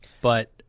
but-